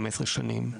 חמש עשרה שנים.